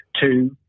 Two